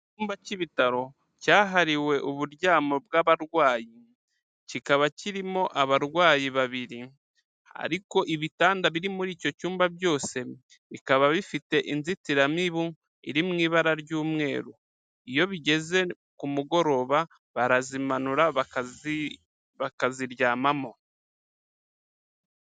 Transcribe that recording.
Icyumba cy'ibitaro cyahariwe uburyamo bw'abarwayi, kikaba kirimo abarwayi babiri, ariko ibitanda biri muri icyo cyumba byose bikaba bifite inzitiramibu iri mu ibara ry'umweru. Iyo bigeze ku mugoroba barazimanura bakaziryamamo.